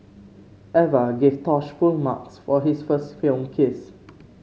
Eva gave Tosh full marks for his first film kiss